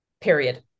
period